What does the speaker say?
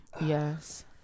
Yes